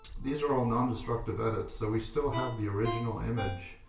these are all nondestructive edits, so we still have the original image